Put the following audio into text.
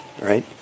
right